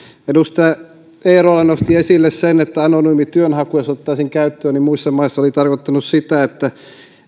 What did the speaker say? edustaja eerola nosti esille että jos anonyymi työnhaku otettaisiin käyttöön muissa maissa se on tarkoittanut sitä että